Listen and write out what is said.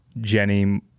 Jenny